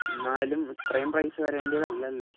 എന്നാലും ഇത്രയും പൈസ വരേണ്ടിയതല്ലല്ലോ